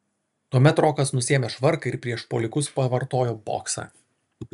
tuomet rokas nusiėmė švarką ir prieš puolikus pavartojo boksą